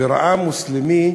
וראה מוסלמי